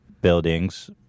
buildings